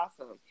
awesome